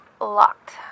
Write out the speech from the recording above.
locked